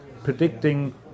predicting